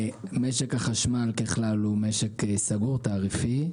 משק החשמל ככלל הוא משק סגור תעריפי.